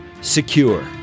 secure